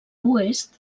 oest